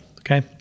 okay